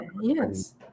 yes